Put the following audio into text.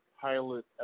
pilot